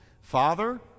father